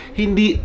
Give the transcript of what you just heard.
hindi